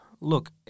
Look